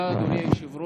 תודה, אדוני היושב-ראש.